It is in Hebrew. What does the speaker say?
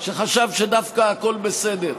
שחשב שדווקא הכול בסדר,